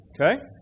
Okay